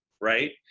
Right